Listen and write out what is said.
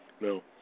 no